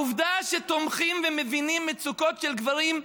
העובדה שתומכים ומבינים מצוקות של גברים,